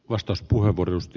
arvoisa puhemies